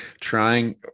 trying